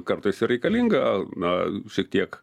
kartais ir reikalinga na šiek tiek